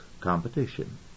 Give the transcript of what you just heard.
competition